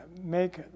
make